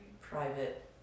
private